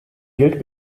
gilt